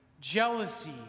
jealousy